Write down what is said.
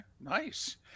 nice